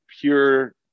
pure